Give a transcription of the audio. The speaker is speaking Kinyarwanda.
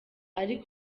ari